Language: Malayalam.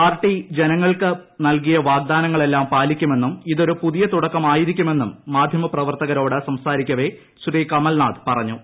പാർട്ടി ജനങ്ങൾക്ക് നൽകിയ വാഗ്ദാനങ്ങളെല്ലാം പാലിക്കുമെന്നും ഇതൊരു പുതിയ തുടക്കമായിരിക്കുമെന്നും ് മാധ്യമപ്രവർത്തകരോട് സംസാരിക്കവെ ശ്രീ കമൽനാഥ് പറഞ്ഞു